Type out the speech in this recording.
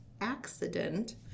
accident